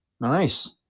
nice